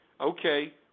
okay